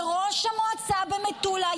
וראש המועצה במטולה,